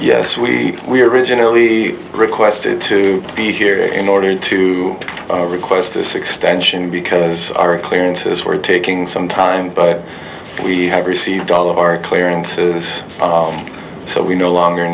yes we we originally requested to be here in order to request this extension because our clearances were taking some time but we have received all of our clearances so we no longer